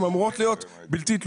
הן אמורות להיות בלתי-תלויות,